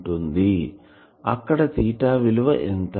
అక్కడ తీటా విలువ ఎంత